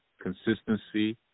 consistency